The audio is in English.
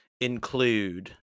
include